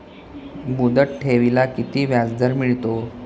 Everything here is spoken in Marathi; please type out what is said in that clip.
मुदत ठेवीला किती व्याजदर मिळतो?